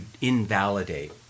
invalidate